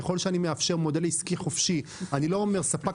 ככל שאני מאפשר מודל עסקי חופשי אני לא אומר שספק